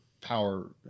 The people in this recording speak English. power